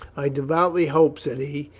i devoutly hope, said he,